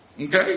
Okay